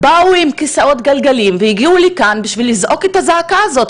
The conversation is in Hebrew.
באו עם כיסאות גלגלים והגיעו לכאן כדי לזעוק את הזעקה הזאת,